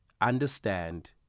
understand